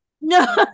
No